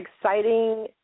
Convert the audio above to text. exciting